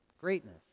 greatness